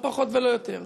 לא פחות ולא יותר.